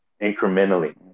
incrementally